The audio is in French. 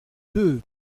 deux